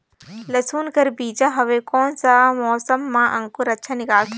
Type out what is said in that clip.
लसुन कर बीजा हवे कोन सा मौसम मां अंकुर अच्छा निकलथे?